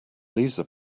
lisa